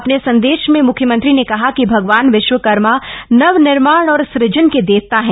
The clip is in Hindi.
अपने संदेश में म्ख्यमंत्री ने कहा कि भगवान विश्वकर्मा नवनिर्माण और सूजन के देवता हैं